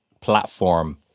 platform